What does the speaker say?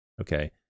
Okay